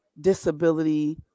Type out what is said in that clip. disability